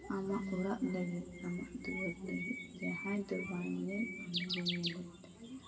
ᱟᱢᱟᱜ ᱚᱲᱟᱜ ᱞᱟᱹᱜᱤᱫ ᱟᱢᱟᱜ ᱫᱩᱣᱟᱹᱨ ᱞᱟᱹᱜᱤᱫ ᱡᱟᱦᱟᱸᱭ ᱫᱚ ᱵᱟᱭ ᱧᱮᱞᱟ ᱟᱢᱜᱮ ᱧᱮᱞ ᱦᱩᱭᱩᱜ ᱛᱟᱢᱟ